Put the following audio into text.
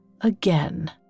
again